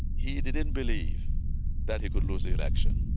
he didn't believe that he could lose the election.